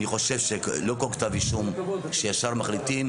אני חושב שלא כל כתב אישום שישר מחליטים,